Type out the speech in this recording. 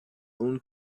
own